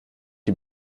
die